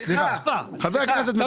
--- סליחה, חבר כנסת מדבר.